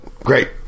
great